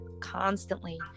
constantly